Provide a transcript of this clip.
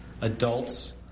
adults